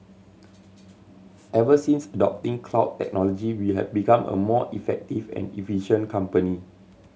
ever since adopting cloud technology we have become a more effective and efficient company